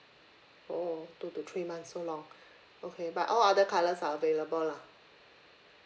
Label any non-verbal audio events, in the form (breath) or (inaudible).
oh two to three months so long (breath) okay but all other colours are available lah